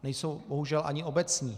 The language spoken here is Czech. Nejsou bohužel ani obecní.